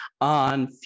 on